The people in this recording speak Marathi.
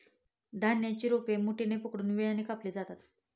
धान्याची रोपे मुठीने पकडून विळ्याने कापली जातात